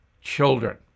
children